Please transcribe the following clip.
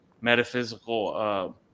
metaphysical